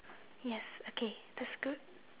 yes okay that's good